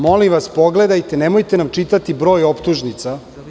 Molim vas pogledajte, nemojte nam čitati broj optužnica.